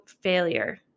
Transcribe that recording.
failure